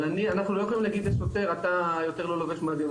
אבל אנחנו לא יכולים להגיד לשוטר: אתה יותר לא לובש מדים.